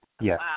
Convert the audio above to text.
Yes